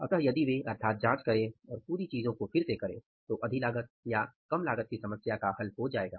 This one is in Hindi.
अतः यदि वे अर्थात जांच करें और पूरी चीजों को फिर से करें तो अधिलागत या कम लागत की समस्या हल हो जाएगी